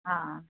आं